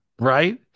right